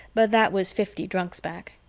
but that was fifty drunks back.